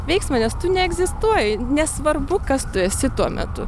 veiksmą nes tu neegzistuoji nesvarbu kas tu esi tuo metu